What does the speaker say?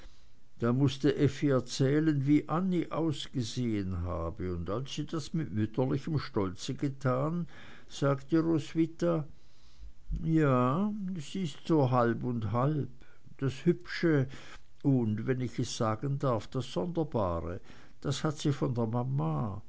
dann mußte effi erzählen wie annie ausgesehen habe und als sie das mit mütterlichem stolz getan sagte roswitha ja sie ist so halb und halb das hübsche und wenn ich es sagen darf das sonderbare das hat sie von der mama